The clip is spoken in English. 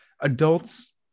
adults